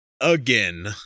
again